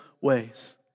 ways